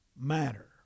matter